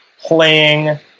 playing